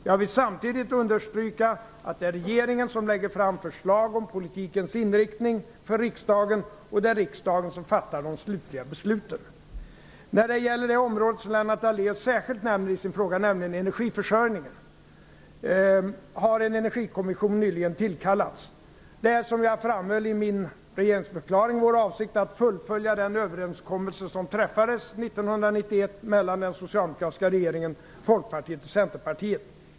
Jag vill samtidigt understryka att det är regeringen som lägger fram förslag om politikens inriktning för riksdagen och att det är riksdagen som fattar de slutliga besluten. När det gäller det område som Lennart Daléus särskilt nämner i sin fråga, nämligen energiförsörjningen, har en energikommission nyligen tillkallats. Det är, som jag framhöll i min regeringsförklaring, vår avsikt att fullfölja den överenskommelse som träffades 1991 mellan den socialdemokratiska regeringen, Folkpartiet och Centerpartiet.